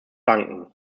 danken